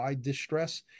distress